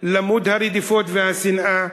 למוד הרדיפות והשנאה,